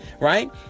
right